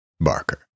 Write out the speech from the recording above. Barker